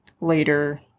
later